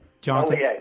Jonathan